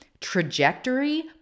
trajectory